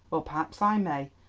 well, perhaps i may.